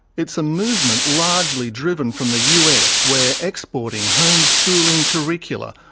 it's a movement largely driven from the us, where exporting homeschooling curricula,